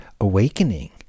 awakening